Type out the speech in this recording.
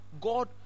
God